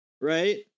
right